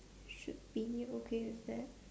should be okay with that